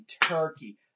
turkey